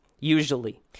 usually